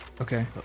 okay